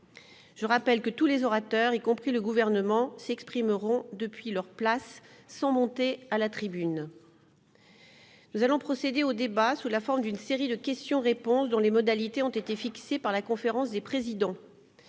de l'hémicycle. Tous les orateurs, y compris les membres du Gouvernement, s'exprimeront depuis leur place, sans monter à la tribune. Nous allons procéder au débat sous la forme d'une série de questions-réponses, dont les modalités ont été fixées par la conférence des présidents.